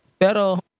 pero